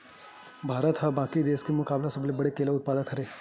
भारत हा बाकि देस के मुकाबला सबले बड़े केला के उत्पादक हरे